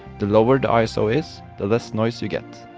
the lower the iso is, the less noise you get.